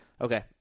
Okay